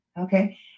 okay